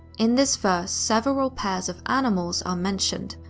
in this verse, several pairs of animals are mentioned,